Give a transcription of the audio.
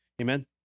amen